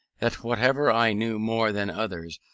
that whatever i knew more than others,